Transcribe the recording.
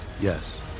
Yes